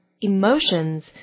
emotions